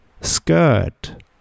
skirt